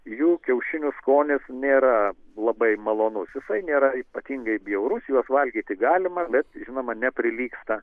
jų kiaušinių skonis nėra labai malonus jisai nėra ypatingai bjaurus juos valgyti galima bet žinoma neprilygsta